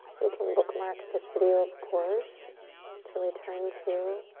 you can bookmark this video of course to return to.